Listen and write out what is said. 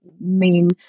main